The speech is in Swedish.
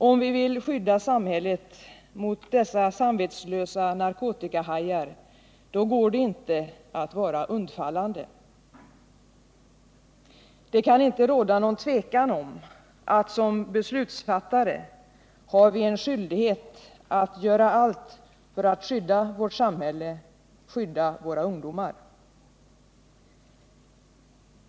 Om vi vill skydda samhället mot dessa samvetslösa narkotikahajar går det inte att vara undfallande. Det kan inte råda någon tvekan om att som beslutsfattare har vi en skyldighet att göra allt för att skydda vårt samhälle, skydda våra ungdomar.